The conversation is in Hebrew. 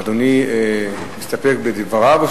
אדוני מסתפק בדבריו,